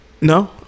No